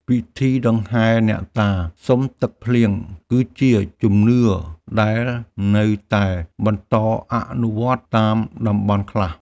ពិធីដង្ហែអ្នកតាសុំទឹកភ្លៀង គឺជាជំនឿដែលនៅតែបន្តអនុវត្តតាមតំបន់ខ្លះ។